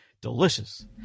Delicious